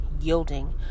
yielding